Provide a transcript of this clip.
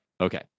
Okay